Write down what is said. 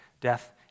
death